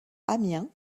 amiens